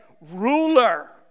ruler